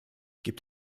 gibt